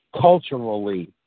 culturally